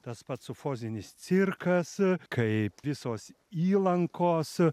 tas pats sufozinis cirkas kaip visos įlankos